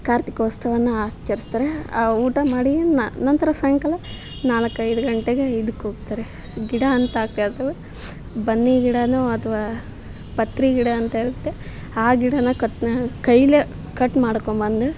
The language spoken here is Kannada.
ಕಾರ್ತಿಕೋತ್ಸವನ್ನ ಆಚರಿಸ್ತಾರೆ ಊಟ ಮಾಡಿ ನಂತರ ಸಾಯಂಕಾಲ ನಾಲ್ಕೈದು ಗಂಟೆಗೆ ಇದಕ್ಕೆ ಹೋಗ್ತಾರೆ ಗಿಡ ಅಂತ ಆಗುತ್ತೆ ಅದು ಬನ್ನಿ ಗಿಡವೋ ಅಥವಾ ಪತ್ರೆ ಗಿಡ ಅಂತ ಇರುತ್ತೆ ಆ ಗಿಡಾನ ಕತ್ ಕೈಲೇ ಕಟ್ ಮಾಡ್ಕೊಂಡ್ಬಂದು